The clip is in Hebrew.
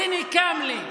זו דמוקרטיה,